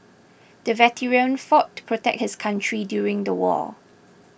the veteran fought to protect his country during the war